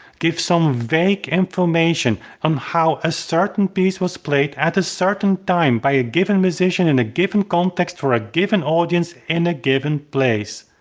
give some vague information on um how a certain piece was played at a certain time, by a given musician, in a given context, for a given audience in a given place.